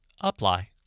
apply